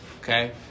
Okay